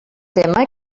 tema